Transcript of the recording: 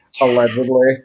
allegedly